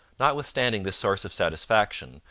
notwithstanding this source of satisfaction,